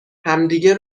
همدیگه